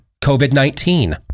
COVID-19